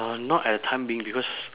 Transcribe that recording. uh not at the time being because